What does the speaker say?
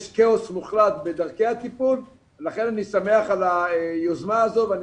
יש כאוס מוחלט בדרכי הטיפול ולכן אני שמח על היוזמה הזאת ואני